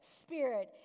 spirit